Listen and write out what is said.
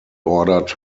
ordered